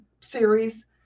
series